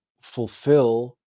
fulfill